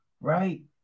right